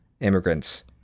immigrants